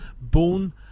born